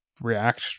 react